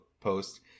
post